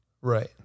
Right